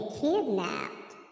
kidnapped